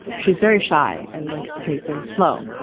she's very shy and likes to take things slow.